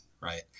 right